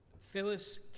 Phyllis